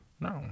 No